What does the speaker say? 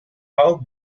how